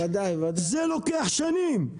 זה לוקח שנים,